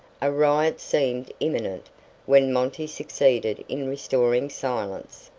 a riot seemed imminent when monty succeeded in restoring silence,